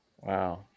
Wow